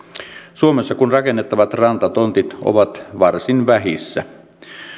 suomessa kun rakennettavat rantatontit ovat varsin vähissä